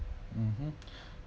mmhmm